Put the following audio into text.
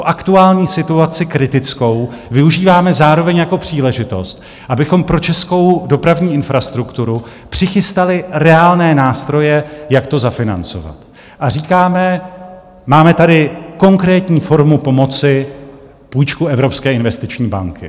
Aktuální kritickou situaci využíváme zároveň jako příležitost, abychom pro českou dopravní infrastrukturu přichystali reálné nástroje, jak to zafinancovat, a říkáme: Máme tady konkrétní formu pomoci, půjčku Evropské investiční banky.